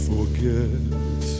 forget